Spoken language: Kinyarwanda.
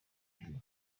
igihe